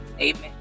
Amen